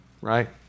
right